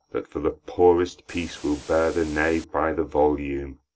that for the poorest piece will bear the knave by the volume